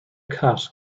cat